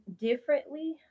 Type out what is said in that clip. differently